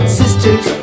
sisters